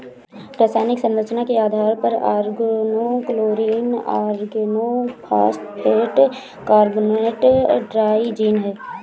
रासायनिक संरचना के आधार पर ऑर्गेनोक्लोरीन ऑर्गेनोफॉस्फेट कार्बोनेट ट्राइजीन है